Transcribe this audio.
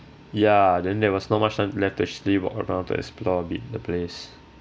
ya then there was not much time left to actually walk around to explore the the place